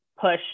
push